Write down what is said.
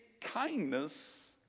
kindness